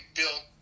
built